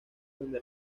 donde